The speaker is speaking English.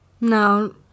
No